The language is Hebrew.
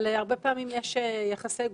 אבל הרבה פעמים יש יחסי גומלין.